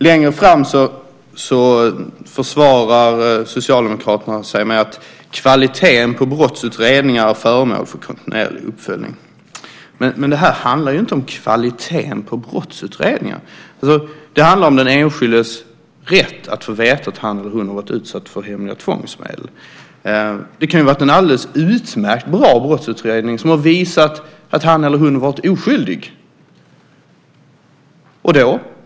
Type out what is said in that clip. Längre fram försvarar Socialdemokraterna sig med att kvaliteten på brottsutredningar är föremål för kontinuerlig uppföljning. Men det här handlar ju inte om kvaliteten på brottsutredningar. Det handlar om den enskildes rätt att få veta att han eller hon har varit utsatt för hemliga tvångsmedel. Det kan ju ha varit en alldeles utmärkt bra brottsutredning som har visat att han eller hon är oskyldig.